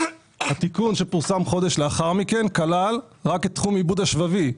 התיקון שפורסם חודש לאחר מכן כלל רק את תחום העיבוד השבבי,